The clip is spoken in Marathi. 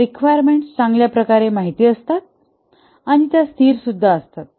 रिक्वायरमेंट चांगल्या प्रकारे माहिती असतात आणि त्या स्थिर असतात